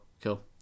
cool